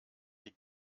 die